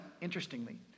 interestingly